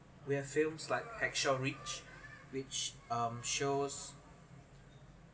we have films like hacsaw ridge which um shows